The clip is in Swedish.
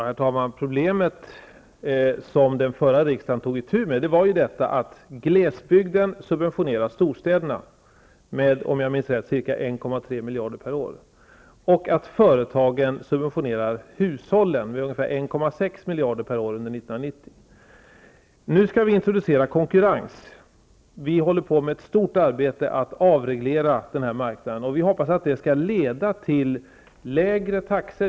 Herr talman! Den föregående riksdagen tog itu med problemet att glesbygden subventionerar storstäderna med, om jag minns rätt, ca 1,3 miljarder per år och att företagen subventionerar hushållen med ungefär 1,6 miljarder per år. Siffrorna är från 1990. Nu skall vi introducera konkurrens. Vi håller på med ett stort arbete för att avreglera den här marknaden. Vi hoppas att det skall leda till lägre taxor.